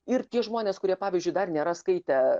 ir tie žmonės kurie pavyzdžiui dar nėra skaitę